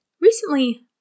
recently